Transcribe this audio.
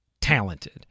talented